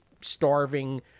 starving